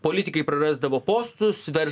politikai prarasdavo postus vers